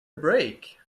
break